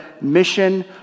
mission